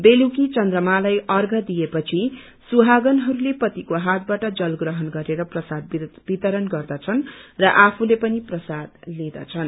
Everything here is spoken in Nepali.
बेलुकी चनद्रमालाई अर्घ्य दिएपछि सुहागनहरूले पतिको हातबाट जल ग्रहण गरेर प्रसाद वितरण गर्दछन् र आफूले पनि प्रसाद लिदछन्